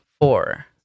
four